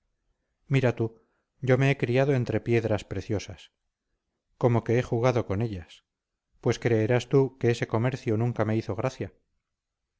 mira tú yo me he criado entre piedras preciosas como que he jugado con ellas pues creerás tú que ese comercio nunca me hizo gracia